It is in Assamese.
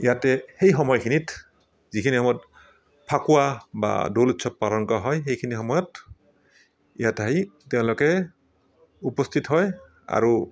ইয়াতে সেই সময়খিনিত যিখিনি সময়ত ফাকুৱা বা দৌল উৎসৱ পালন কৰা হয় সেইখিনি সময়ত ইয়াত আহি তেওঁলোকে উপস্থিত হয় আৰু